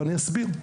ואני אסביר.